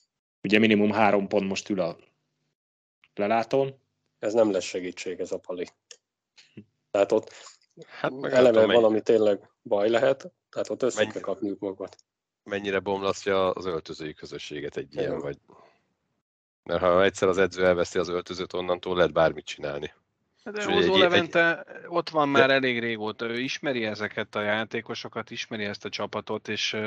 Ugye minimum három pont most ül a lelátón. Ez nem lesz segítség, ez a pali. Tehát ott Hát meg nem eleve tudom, mennyi- valami tényleg baj lehet, tehát ott össze Mennyi- kell kapniuk magukat. Mennyire bomlasztja az öltözői közösséget egy ilyen, De nem? vagy- Mert ha egyszer az edző elveszi az öltözőt, onnantól lehet bármit csinálni. De És ugye Hozó egy- Levente, ott van De- már elég régóta. Ő ismeri ezeket a játékosokat, ismeri ezt a csapatot, és,